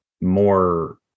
more